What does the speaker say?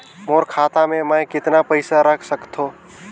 मोर खाता मे मै कतना पइसा रख सख्तो?